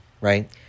right